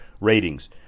ratings